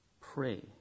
pray